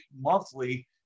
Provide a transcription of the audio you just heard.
monthly